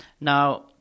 now